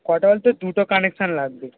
কটা বলতে দুটো কানেকশন লাগবে